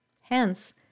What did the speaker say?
hence